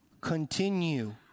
Continue